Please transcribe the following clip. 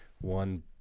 one